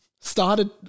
started